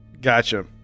Gotcha